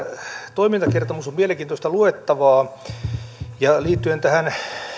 toimintakertomus on mielenkiintoista luettavaa liittyen tähän